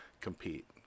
compete